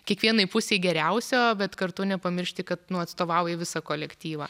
kiekvienai pusei geriausio bet kartu nepamiršti kad nu atstovauji visą kolektyvą